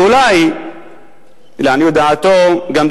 ואולי לעניות דעתו גם,